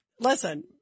Listen